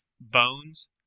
bones